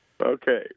Okay